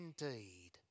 indeed